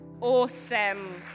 Awesome